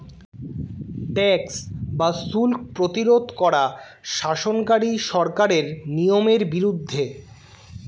tax বা শুল্ক প্রতিরোধ করা শাসনকারী সরকারের নিয়মের বিরুদ্ধে